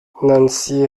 nancy